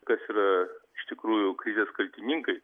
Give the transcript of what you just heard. kas yra iš tikrųjų krizės kaltininkai